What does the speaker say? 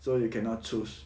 so you cannot choose